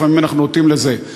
לפעמים אנחנו נוטים לזה,